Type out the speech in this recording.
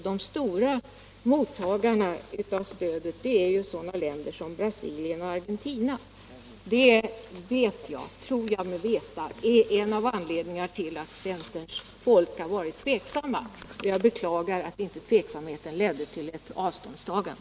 De stora mottagarna av stödet är sådana länder som Brasilien och Argentina. Detta tror jag mig veta är en av anledningarna till att centerns folk varit tveksamt. Jag beklagar att denna tveksamhet inte lett till ett avståndstagande.